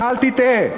אל תטעה.